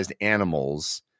animals